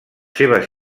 seves